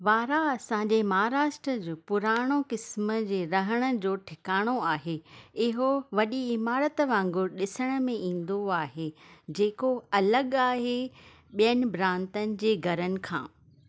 वाराह असांजे महाराष्ट्र जो पुराणो क़िस्मु जे रहण जो ठिकाणो आहे इहो वॾी इमारतु वांगुर ॾिसण में ईंदो आहे जेको अलॻि आहे ॿियनि भ्रांतनि जे घर खां